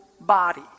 body